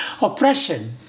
oppression